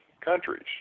countries